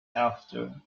after